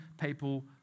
people